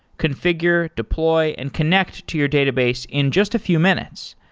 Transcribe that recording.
configure, deploy and connect to your database in just a few minutes.